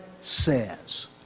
says